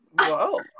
Whoa